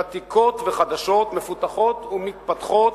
ותיקות וחדשות, מפותחות ומתפתחות,